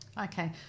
Okay